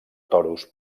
toros